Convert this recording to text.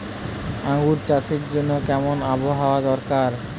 আঙ্গুর চাষের জন্য কেমন আবহাওয়া দরকার?